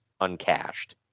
uncashed